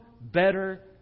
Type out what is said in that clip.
better